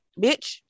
bitch